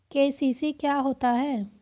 KCC क्या होता है?